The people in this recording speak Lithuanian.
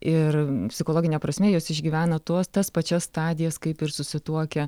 ir psichologine prasme jos išgyvena tuo tas pačias stadijas kaip ir susituokę